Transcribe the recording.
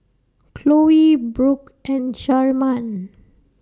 Khloe Brook and Sharman